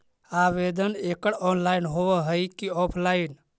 आवेदन एकड़ ऑनलाइन होव हइ की ऑफलाइन?